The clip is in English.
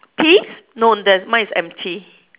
peas no there's mine is empty